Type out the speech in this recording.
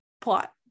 plot